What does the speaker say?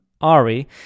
Ari